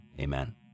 Amen